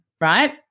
right